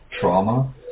trauma